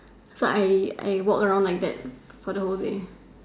so I I walk around like that for the whole day